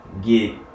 get